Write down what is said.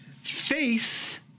Faith